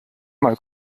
mal